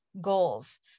goals